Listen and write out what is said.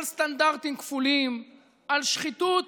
על סטנדרטים כפולים, על שחיתות